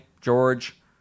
George